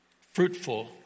fruitful